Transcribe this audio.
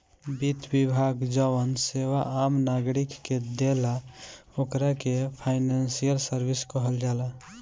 वित्त विभाग जवन सेवा आम नागरिक के देला ओकरा के फाइनेंशियल सर्विस कहल जाला